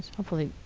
hopefully.